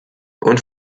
und